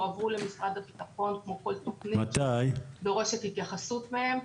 הועברו למשרד הביטחון כמו כל תוכנית שדורשת התייחסות מהם,